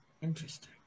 Interesting